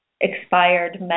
expired